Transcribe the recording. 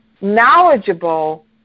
knowledgeable